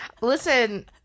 Listen